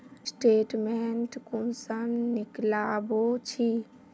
Statement कुंसम निकलाबो छी?